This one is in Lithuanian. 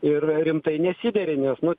ir rimtai nesideri nes nu